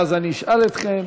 ואז אני אשאל אתכם